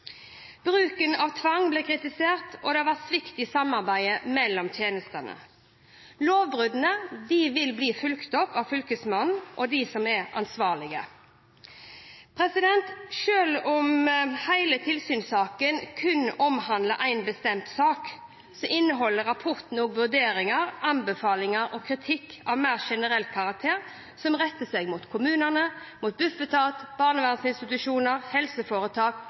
Bruken av tvang blir kritisert, og det har vært svikt i samarbeidet mellom tjenestene. Lovbruddene vil bli fulgt opp av Fylkesmannen og av dem som er ansvarlige. Selv om hele tilsynssaken kun omhandler én bestemt sak, inneholder rapporten også vurderinger, anbefalinger og kritikk av mer generell karakter som retter seg mot kommunene, Bufetat, barnevernsinstitusjoner, helseforetak